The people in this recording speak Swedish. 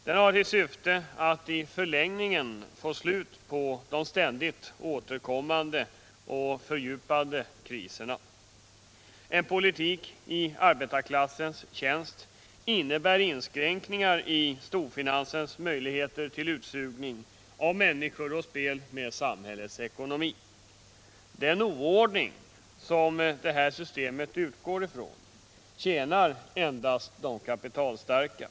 Den har till syfte att i förlängningen få slut på dessa ständigt återkommande och fördjupade kriser. En politik i arbetarklassens tjänst innebär inskränkningar i storfinansens möjligheter till utsugning av människor och spel med samhällets ekonomi. Den oordning som detta system utgår från tjänar endast de kapitalstarka.